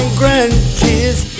grandkids